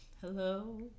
Hello